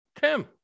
Tim